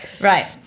Right